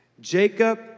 Jacob